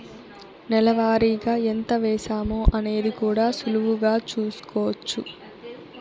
నెల వారిగా ఎంత వేశామో అనేది కూడా సులువుగా చూస్కోచ్చు